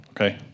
Okay